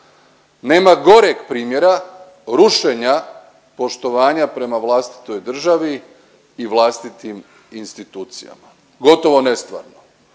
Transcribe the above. Nema goreg primjera rušenja poštovanja prema vlastitoj državi i vlastitim institucijama, gotovo nestvarno.